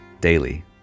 daily